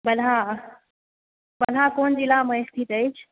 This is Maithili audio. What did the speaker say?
बलहा बलहा क़ोन ज़िलामे अछि